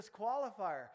disqualifier